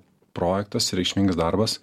projektas reikšmingas darbas